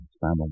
family